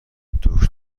دکتره